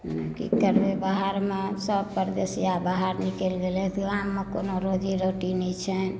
की करबै बाहरमे सभ परदेशिया बाहर निकलि गेलथि गाममे कोनो रोजी रोटी नहि छनि